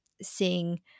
seeing